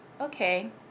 Okay